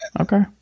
Okay